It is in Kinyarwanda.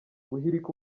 guhirika